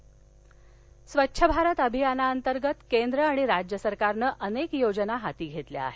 स्वच्छ भारत अभियान स्वच्छ भारत अभियानाअंतर्गत केंद्र आणि राज्य सरकारनं अनेक योजना हाती घेतल्या आहेत